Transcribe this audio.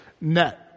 net